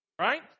right